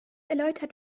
erläutert